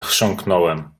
chrząknąłem